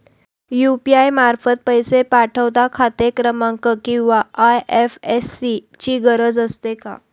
UPI मार्फत पैसे पाठवता खाते क्रमांक किंवा आय.एफ.एस.सी ची गरज असते का?